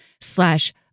slash